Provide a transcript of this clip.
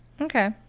Okay